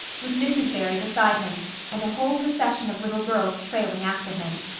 with mrs. barry beside him and a whole procession of little girls trailing after him.